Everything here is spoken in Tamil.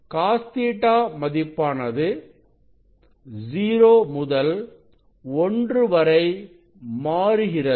Cos Ɵ மதிப்பானது 0 முதல் 1 வரை மாறுகிறது